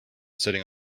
sitting